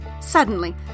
suddenly